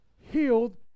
healed